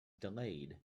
delayed